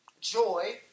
Joy